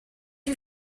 you